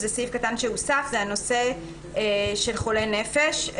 זה סעיף קטן שהוסף בנושא של חולי נפש.